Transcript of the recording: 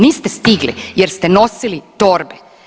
Niste stigli jer ste nosili torbe.